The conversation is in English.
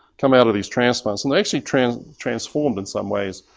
come out of these transplants and they actually transformed transformed in some ways.